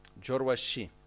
Jorwashi